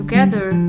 Together